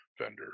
vendor